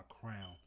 crown